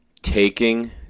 Taking